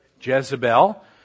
Jezebel